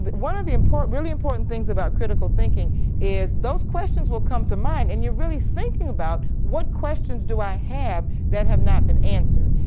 but one of the really important things about critical thinking is those questions will come to mind and you're really thinking about what questions do i have that have not been answered.